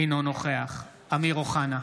אינו נוכח אמיר אוחנה,